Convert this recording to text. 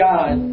God